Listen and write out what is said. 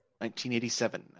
1987